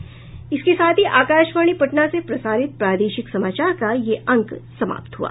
इसके साथ ही आकाशवाणी पटना से प्रसारित प्रादेशिक समाचार का ये अंक समाप्त हुआ